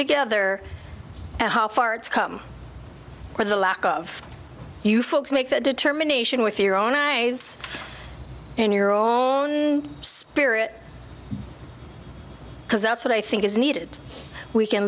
whether and how far it's come where the lack of you folks make that determination with your own eyes in your own spirit because that's what i think is needed we can